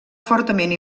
fortament